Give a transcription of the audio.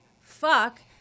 fuck